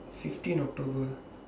fifteen october